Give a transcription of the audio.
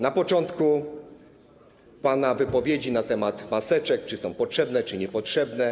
Na początku pana wypowiedzi na temat maseczek, czy są potrzebne, czy niepotrzebne.